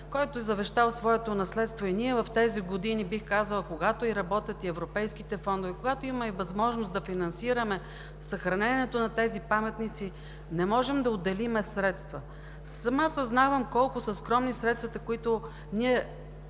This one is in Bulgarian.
който е завещал своето наследство и ние в тези години, когато работят и европейските фондове, когато има и възможност да финансираме съхранението на тези паметници, не можем да отделим средства. Сама съзнавам колко са скромни средствата, с които ние